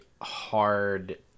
hard